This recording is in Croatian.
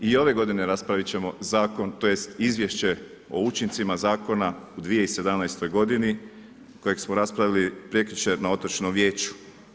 I ove godine raspravit ćemo zakon, tj. izvješće o učincima zakona u 2017. godini kojeg smo raspravili prekjučer na otočnom vijeću.